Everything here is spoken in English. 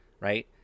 right